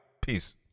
peace